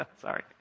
sorry